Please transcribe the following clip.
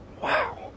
Wow